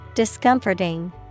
Discomforting